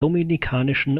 dominikanischen